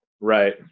Right